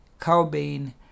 cowbane